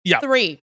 three